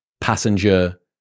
passenger